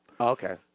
Okay